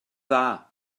dda